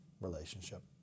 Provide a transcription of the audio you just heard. relationship